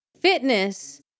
Fitness